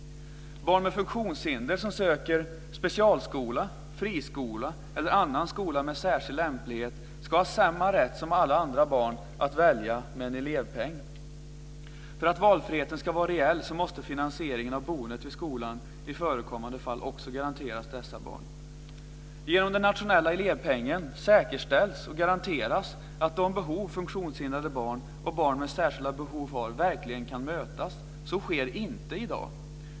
Barn med funktionshinder som söker till specialskola, friskola eller annan skola med särskild lämplighet ska ha samma rätt som alla andra barn att välja med en elevpeng. För att valfriheten ska vara reell måste finansieringen av boendet vid skolan i förekommande fall också garanteras dessa barn. Genom den nationella elevpengen säkerställs och garanteras att de behov som funktionshindrade barn och barn med särskilda behov har verkligen kan mötas. Så sker inte i dag.